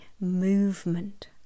movement